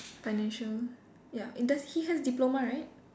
financial ya and does he has diploma right